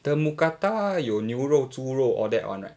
the mookata 有牛肉猪肉 all that [one] right